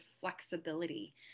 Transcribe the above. flexibility